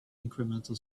incremental